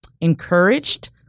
encouraged